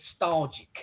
nostalgic